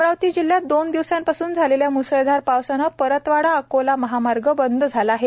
अमरावती जिल्ह्यात दोन दिवसा पासून झालेल्या म्सळधार पावसाने परतवाडा अकोला महामार्ग बंद झाला आहे